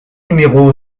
numéro